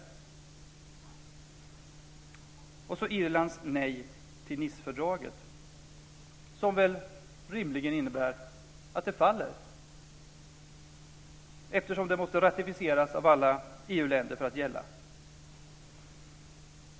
Sedan har vi Irlands nej till Nicefördraget, som väl rimligen innebär att det faller eftersom det måste ratificeras av alla EU-länder för att gälla.